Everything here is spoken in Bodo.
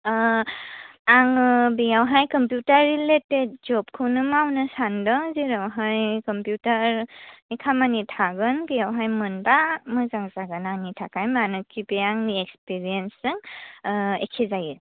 ओह आङो बेयावहाय कम्पिउटार रिलेटेड जबखौनो मावनो सानदों जेरावहाय कम्पिउटारनि खामानि थागोन बेयावहाय मोनबा मोजां जागोन आंनि थाखाय मानोखि बे आंनि इक्सपिरियेन्सजों ओह एखे जायो